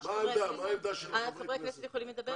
מה העמדה של חברי הכנסת?